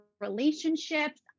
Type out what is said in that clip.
relationships